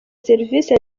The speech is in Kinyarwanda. serivisi